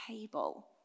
table